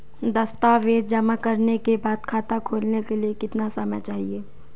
दस्तावेज़ जमा करने के बाद खाता खोलने के लिए कितना समय चाहिए?